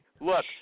Look